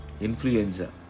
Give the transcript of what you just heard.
Influenza